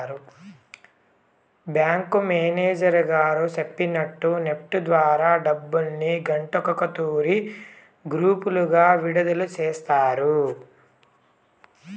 bank manager గారు సెప్పినట్టు NEFT ద్వారా డబ్బుల్ని గంటకో తూరి గ్రూపులుగా విడదల సేస్తారు